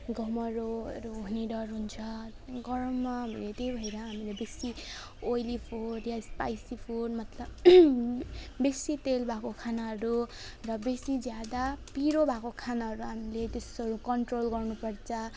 घमाउरोहरू हुने डर हुन्छ गरममा हामी त्यही भएर हामीले बेसी ओयली फुड या स्पाइसी फुड मतलब बेसी तेल भएको खानाहरू र बेसी ज्यादा पिरो भएको खानाहरू हामीले त्यस्तोहरू कन्ट्रोल गर्नुपर्छ